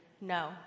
no